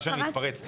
זה פרוס,